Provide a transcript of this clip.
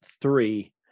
three